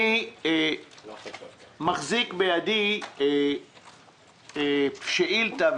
אני מחזיק בידי שאילתה,